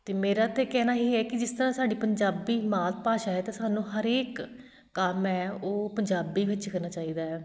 ਅਤੇ ਮੇਰਾ 'ਤੇ ਕਹਿਣਾ ਹੀ ਹੈ ਕਿ ਜਿਸ ਤਰ੍ਹਾਂ ਸਾਡੀ ਪੰਜਾਬੀ ਮਾਤ ਭਾਸ਼ਾ ਹੈ ਤਾਂ ਸਾਨੂੰ ਹਰੇਕ ਕੰਮ ਹੈ ਉਹ ਪੰਜਾਬੀ ਵਿੱਚ ਕਰਨਾ ਚਾਹੀਦਾ ਹੈ